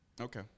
Okay